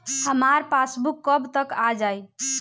हमार पासबूक कब तक आ जाई?